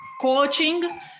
coaching